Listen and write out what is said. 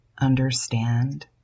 understand